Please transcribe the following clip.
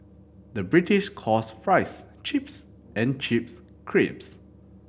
the British calls fries chips and chips crisps